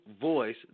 voice